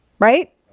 Right